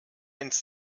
ins